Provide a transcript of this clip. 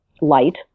light